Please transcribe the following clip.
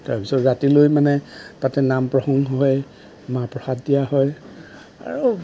তাৰপিছত ৰাতিলৈ মানে তাতে নাম প্ৰসঙ্গ হয় মা প্ৰসাদ দিয়া হয় আৰু